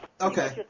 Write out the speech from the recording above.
Okay